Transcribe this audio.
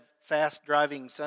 fast-driving